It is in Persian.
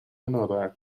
ناراحت